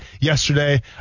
yesterday